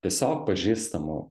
tiesiog pažįstamų